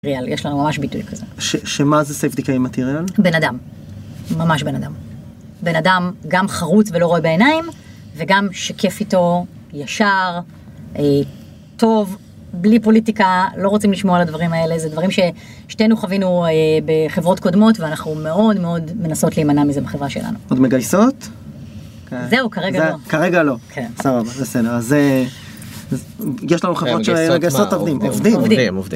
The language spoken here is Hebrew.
יש לנו ממש ביטוי כזה. שמה זה סייבדיקה עם מטריאל? בן אדם. ממש בן אדם. בן אדם, גם חרוץ ולא רואה בעיניים, וגם שיקף איתו, ישר, טוב, בלי פוליטיקה, לא רוצים לשמוע על הדברים האלה, זה דברים ששתינו חווינו בחברות קודמות, ואנחנו מאוד מאוד מנסות להימנע מזה בחברה שלנו. עוד מגייסות? זהו, כרגע לא. כרגע לא? כן. סבבה, בסדר, אז זה... יש לנו חברות שגייסות עובדים. עובדים, עובדים.